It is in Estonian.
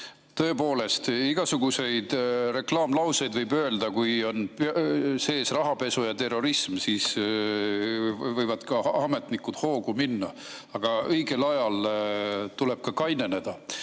Tõepoolest, igasuguseid reklaamlauseid võib öelda. Kui seal on sees "rahapesu" ja "terrorism", siis võivad ka ametnikud hoogu minna. Aga õigel ajal tuleb ka kaineneda.